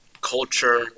culture